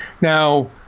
Now